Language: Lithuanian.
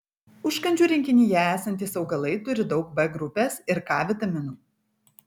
užkandžių rinkinyje esantys augalai turi daug b grupės ir k vitaminų